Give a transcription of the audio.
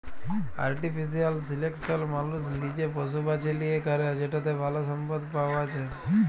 artificial selection মালুস লিজে পশু বাছে লিয়ে ক্যরে যেটতে ভাল সম্পদ পাউয়া যায়